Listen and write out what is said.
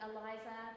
Eliza